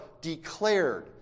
declared